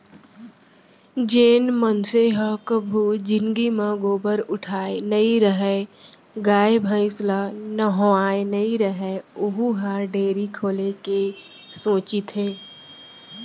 जेन मनसे ह कभू जिनगी म गोबर उठाए नइ रहय, गाय भईंस ल नहवाए नइ रहय वहूँ ह डेयरी खोले के सोचथे